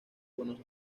buenos